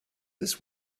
this